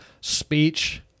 speech